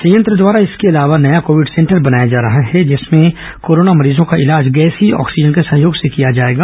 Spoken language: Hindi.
संयंत्र द्वारा इसके अलावा नया कोविड सेंटर बनाया जा रहा है जिसमें कोरोना मरीजों का इलाज गैसीय ऑक्सीजन के सहयोग से किया जायेगा